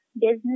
business